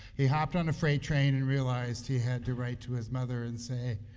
he hopped on a freight train, and realized he had to write to his mother and say,